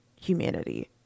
humanity